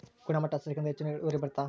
ಗುಣಮಟ್ಟ ಸಸಿಗಳಿಂದ ಹೆಚ್ಚು ಇಳುವರಿ ಬರುತ್ತಾ?